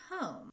home